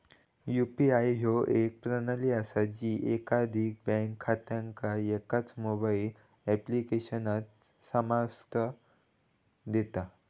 UPI ह्या एक प्रणाली असा जी एकाधिक बँक खात्यांका एकाच मोबाईल ऍप्लिकेशनात सामर्थ्य देता